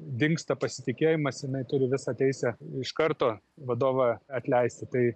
dingsta pasitikėjimas jinai turi visą teisę iš karto vadovą atleisti tai